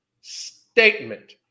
statement